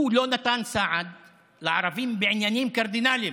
הוא לא נתן סעד לערבים בעניינים קרדינליים,